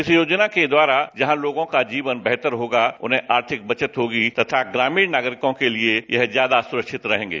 इस योजना के द्वारा जहां लोगों का जीवन बेहतर होगा उन्हें आर्थिक बचत होगी तथा ग्रामीण नागरिकों के लिए यह ज्यादा सुरक्षित रहेंगे